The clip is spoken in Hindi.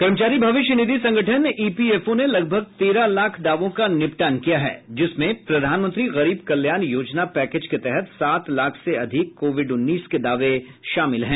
कर्मचारी भविष्य निधि संगठन ईपीएफओ ने लगभग तेरह लाख दावों का निपटान किया है जिसमें प्रधानमंत्री गरीब कल्याण योजना पैकेज के तहत सात लाख से अधिक कोविड उन्नीस के दावे शामिल हैं